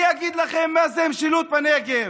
אני אגיד לכם מה זה משילות בנגב.